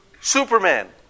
Superman